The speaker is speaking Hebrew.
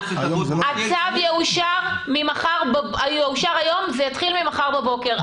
הצו יאושר היום ויתחיל ממחר בבוקר.